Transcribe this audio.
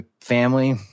family